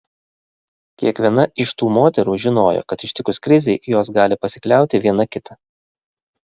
kiekviena iš tų moterų žinojo kad ištikus krizei jos gali pasikliauti viena kita